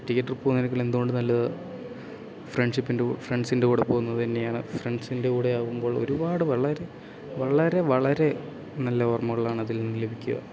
ഒറ്റക്ക് ട്രിപ്പ് പോകുന്നതിനെക്കളും എന്തുകൊണ്ടും നല്ലത് ഫ്രണ്ട്ഷിപ്പിൻ്റെ കൂടി ഫ്രണ്ട്സിൻ്റെ കൂടെ പോകുന്നത് തന്നെയാണ് ഫ്രണ്ട്സിൻ്റെ കൂടെ ആകുമ്പോൾ ഒരുപാട് വളരെ വളരെ വളരെ നല്ല ഓർമ്മകളാണ് അതിൽ നിന്ന് ലഭിക്കുക